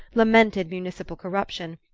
lamented municipal corruption,